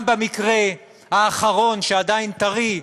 גם במקרה האחרון, שעדיין טרי,